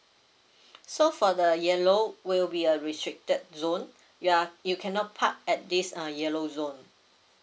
so for the yellow will be a restricted zone you're you cannot park at this uh yellow zone